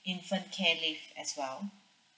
infant care leave as well